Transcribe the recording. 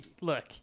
look